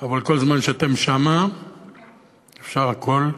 אבל כל זמן שאתם שם אפשר הכול לתקן.